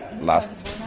last